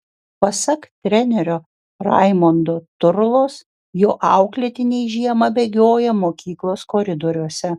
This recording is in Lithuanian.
pasak trenerio raimondo turlos jo auklėtiniai žiemą bėgioja mokyklos koridoriuose